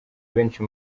benshi